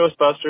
Ghostbusters